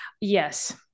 Yes